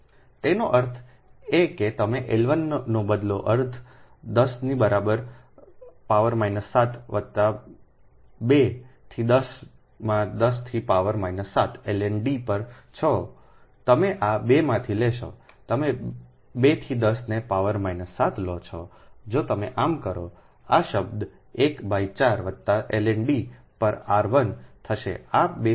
તેનો અર્થ એ કે તમે L 1 નો બદલો અર્ધ 10 ની બરાબર પાવર માઈનસ 7 વત્તા 2 થી 10 માં 10 થી પાવર માઈનસ 7 ln D પર છો 1 તમે આ 2 માંથી લેશો તમે 2 થી 10 ને પાવર માઈનસ 7 લો છો જો તમે આમ કરો આ શબ્દ 1 બાય 4 વત્તા ln D પર r 1 થશે આ 2 સામાન્ય